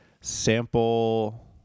Sample